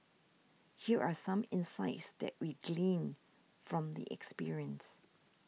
here are some insights that we gleaned from the experience